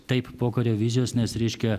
taip pokario vizijos nes reiškia